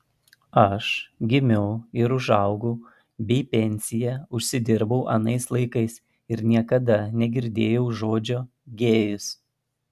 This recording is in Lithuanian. aš gimiau ir užaugau bei pensiją užsidirbau anais laikais ir niekada negirdėjau žodžio gėjus